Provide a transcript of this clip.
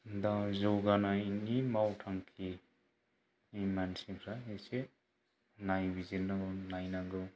दा जौगानायनि मावथांखि मानसिफोरा इसे नायबिजिरनांगौ नायनांगौ